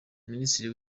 minisitiri